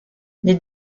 les